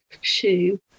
shoe